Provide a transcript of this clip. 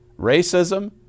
racism